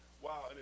wow